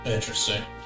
Interesting